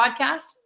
podcast